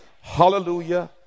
Hallelujah